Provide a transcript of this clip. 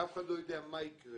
כי אף אחד לא יודע מה יקרה,